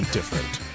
different